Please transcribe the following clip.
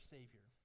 Savior